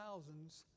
thousands